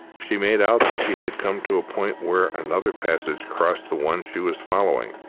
she made out that she had come to a point where another passage crossed the one she was following,